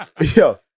Yo